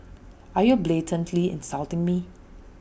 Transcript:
are you blatantly insulting me